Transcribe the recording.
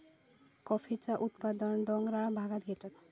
कॉफीचा उत्पादन डोंगराळ भागांत घेतत